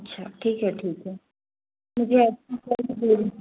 अच्छा ठीक है ठीक है दे दीजिएगा